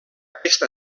aquest